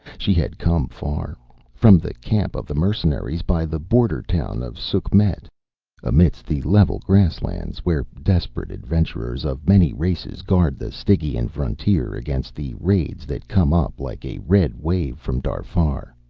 she had come far from the camp of the mercenaries by the border town of sukhmet amidst the level grasslands, where desperate adventurers of many races guard the stygian frontier against the raids that come up like a red wave from darfar.